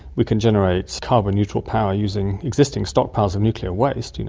we can generate carbon neutral power using existing stockpiles of nuclear waste, you know